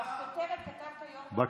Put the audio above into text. בכותרת כתבת: יו"ר ועדת חוקה.